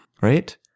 Right